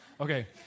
Okay